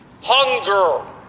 Hunger